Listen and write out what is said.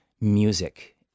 music